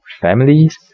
families